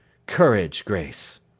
courage, grace